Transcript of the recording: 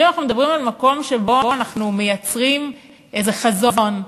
ואם אנחנו מדברים על מקום שבו אנחנו מייצרים איזה חזון,